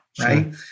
right